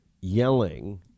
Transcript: yelling